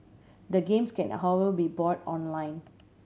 the games can however be bought online